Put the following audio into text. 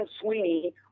Sweeney